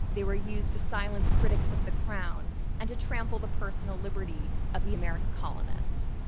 they were used to silence critics of the crown and to trample the personal liberty of the american colonists.